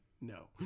No